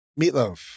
Meatloaf